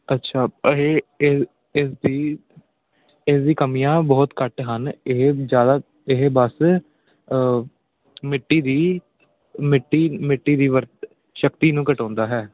ਅੱਛਾ ਇਹ ਇ ਇਸਦੀ ਇਸਦੀ ਕਮੀਆਂ ਬਹੁਤ ਘੱਟ ਹਨ ਇਹ ਜ਼ਿਆਦਾ ਇਹ ਬਸ ਮਿੱਟੀ ਦੀ ਮਿੱਟੀ ਮਿੱਟੀ ਦੀ ਵਰ ਸ਼ਕਤੀ ਨੂੰ ਘਟਾਉਂਦਾ ਹੈ